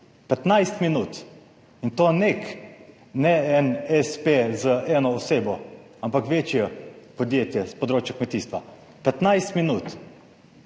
15 minut. In to NEC, ne en espe z eno osebo, ampak večje podjetje s področja kmetijstva. 15 minut.